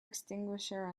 extinguisher